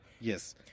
Yes